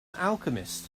alchemist